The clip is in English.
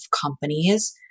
companies